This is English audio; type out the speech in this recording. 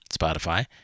Spotify